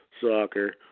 soccer